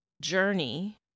journey